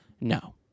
no